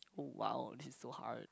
!wow! this is so hard